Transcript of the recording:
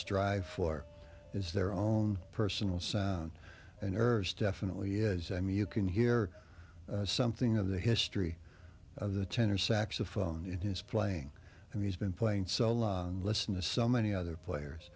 strive for is their own personal sound a nurse definitely is i mean you can hear something of the history of the tenor saxophone in his playing and he's been playing so listen to so many other players